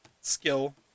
Skill